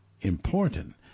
important